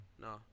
No